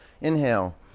Inhale